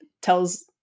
tells